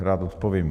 Rád odpovím.